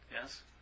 Yes